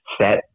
set